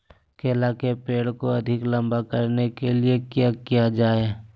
केला के पेड़ को अधिक लंबा करने के लिए किया किया जाए?